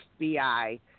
FBI